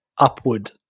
Upward